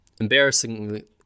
embarrassingly